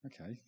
okay